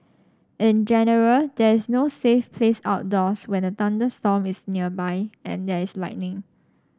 in general there is no safe place outdoors when a thunderstorm is nearby and there is lightning